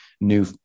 new